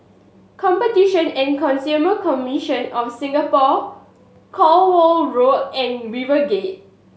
Competition and Consumer Commission of Singapore Cornwall Road and RiverGate